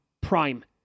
Prime